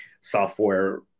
software